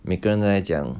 每个人都在讲